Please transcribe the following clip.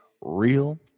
real